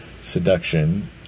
Seduction